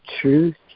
truth